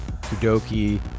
Kudoki